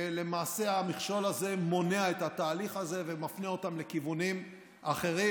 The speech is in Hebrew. למעשה המכשול הזה מונע את התהליך הזה ומפנה אותם לכיוונים אחרים,